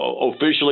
officially